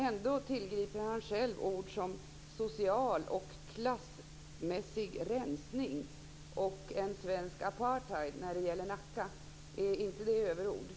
Ändå tillgriper han själv ord som social, klassmässig rensning och en svensk apartheid när det gäller Nacka. Är inte det överord?